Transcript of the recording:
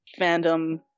fandom